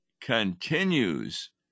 continues